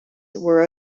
were